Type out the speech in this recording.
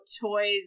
toys